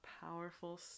powerful